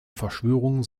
verschwörung